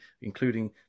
including